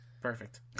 Perfect